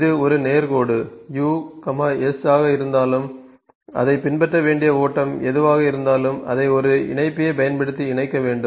இது ஒரு நேர் கோடு u s ஆக இருந்தாலும் அதைப் பின்பற்ற வேண்டிய ஓட்டம் எதுவாக இருந்தாலும் அதை ஒரு இணைப்பியைப் பயன்படுத்தி இணைக்க வேண்டும்